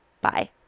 Bye